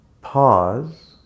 Pause